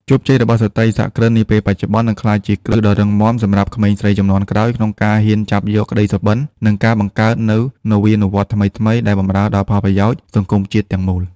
ជោគជ័យរបស់ស្ត្រីសហគ្រិននាពេលបច្ចុប្បន្ន នឹងក្លាយជាគ្រឹះដ៏រឹងមាំសម្រាប់ក្មេងស្រីជំនាន់ក្រោយ ក្នុងការហ៊ានចាប់យកក្ដីសុបិន និងការបង្កើតនូវនវានុវត្តន៍ថ្មីៗដែលបម្រើដល់ផលប្រយោជន៍សង្គមជាតិទាំងមូល។